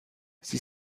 sie